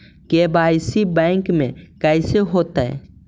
KYC bank में कैसे होतै?